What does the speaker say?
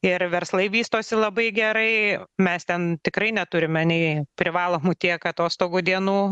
ir verslai vystosi labai gerai mes ten tikrai neturime nei privalomų tiek atostogų dienų